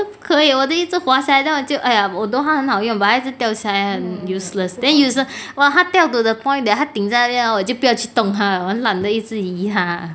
不可以我的一直滑下来 then 我就 !aiya! although 它很好用 but 它一直掉下来很 useless then useless !wah! 它掉 to the point that 它顶在那边我就不要去动它了我懒得一直去移它